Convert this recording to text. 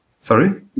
Sorry